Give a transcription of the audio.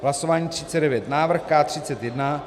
V hlasování třicet devět návrh K31